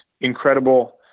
incredible